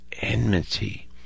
enmity